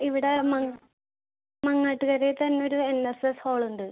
ഇവിടെ മങ്ങാട്ടുകാര മങ്ങാട്ടുകരേ തന്നൊരു എൻ എസ് എസ് ഹോളുണ്ട്